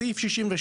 סעיף 62,